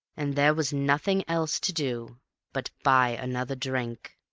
and there was nothing else to do but buy another drink.